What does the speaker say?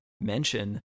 mention